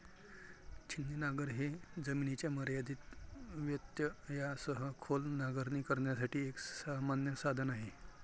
छिन्नी नांगर हे जमिनीच्या मर्यादित व्यत्ययासह खोल नांगरणी करण्यासाठी एक सामान्य साधन आहे